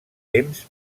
temps